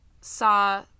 saw